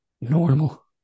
normal